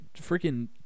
freaking